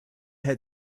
had